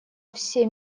все